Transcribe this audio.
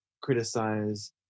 criticize